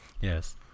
Yes